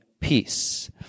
peace